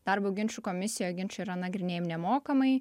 darbo ginčų komisijoj ginčai yra nagrinėjam nemokamai